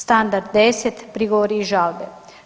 Standard 10, prigovori i žalbe.